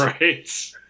Right